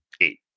eight